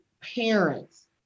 parents